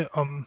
om